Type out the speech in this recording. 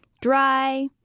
dry,